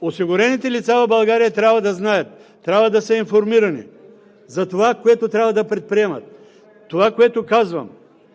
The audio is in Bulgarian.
Осигурените лица в България трябва да знаят, трябва да са информирани за това, което трябва да предприемат. Това, което казвам,